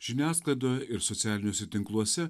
žiniasklaidoje ir socialiniuose tinkluose